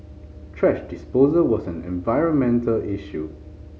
thrash disposal was an environmental issue